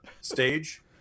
stage